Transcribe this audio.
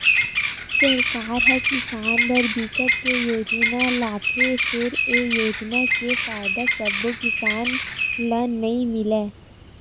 सरकार ह किसान बर बिकट के योजना लाथे फेर ए योजना के फायदा सब्बो किसान ल नइ मिलय